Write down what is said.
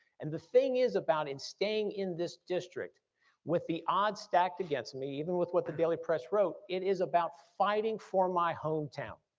and the thing is about in staying in this district with the odds stacked against me, even with what the daily press wrote, it is about fighting for my hometown.